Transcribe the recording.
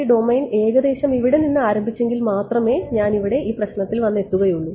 ഈ ഡൊമെയ്ൻ ഏകദേശം ഇവിടെനിന്ന് ആരംഭിച്ചെങ്കിൽ മാത്രമേ ഞാൻ ഇവിടെ ഈ പ്രശ്നത്തിൽ വന്നെത്തുകയുള്ളൂ